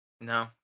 No